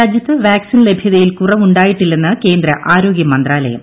രാജ്യത്ത് വാക്സിൻ ലഭ്യതയിൽ കുറവുണ്ടായിട്ടില്ലെന്ന് കേന്ദ്ര ആരോഗ്യമന്ത്രാലയം